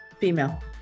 Female